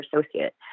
associate